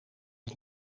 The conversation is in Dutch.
het